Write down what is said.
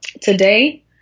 Today